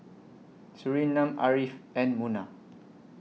Surinam Ariff and Munah